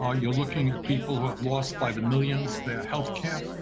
um you're looking at people who have lost, by the millions, their healthcare,